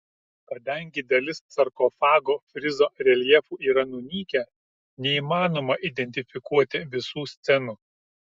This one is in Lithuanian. kadangi dalis sarkofago frizo reljefų yra nunykę neįmanoma identifikuoti visų scenų